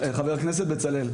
חבר הכנסת בצלאל,